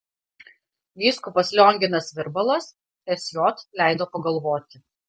vyskupas lionginas virbalas sj leido pagalvoti